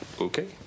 Okay